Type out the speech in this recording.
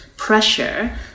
Pressure